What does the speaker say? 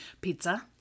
Pizza